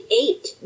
eight